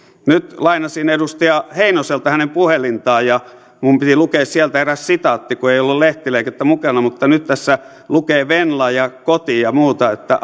nyt lainasin edustaja heinoselta hänen puhelintaan ja minun piti lukea sieltä eräs sitaatti kun ei ollut lehtileikettä mukana mutta nyt tässä lukee venla ja koti ja muuta että